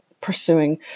pursuing